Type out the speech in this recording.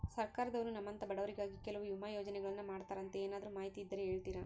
ಸರ್ಕಾರದವರು ನಮ್ಮಂಥ ಬಡವರಿಗಾಗಿ ಕೆಲವು ವಿಮಾ ಯೋಜನೆಗಳನ್ನ ಮಾಡ್ತಾರಂತೆ ಏನಾದರೂ ಮಾಹಿತಿ ಇದ್ದರೆ ಹೇಳ್ತೇರಾ?